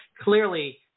clearly